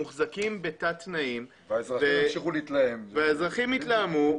מוחזקים בתת-תנאים והאזרחים יתלהמו.